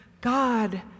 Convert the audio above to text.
God